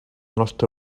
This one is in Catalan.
nostre